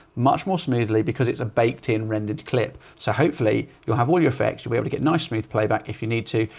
much more smoothly because it's a baked in rendered clip. so hopefully you'll have all your effects. you were able to get nice, smooth playback if you need to.